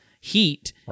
heat